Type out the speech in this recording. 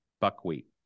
buckwheat